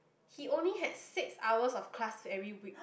he only have six hours of class every week